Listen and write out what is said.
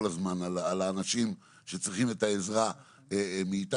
הזמן על האנשים שצריכים את העזרה מאיתנו.